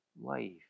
life